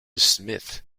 smith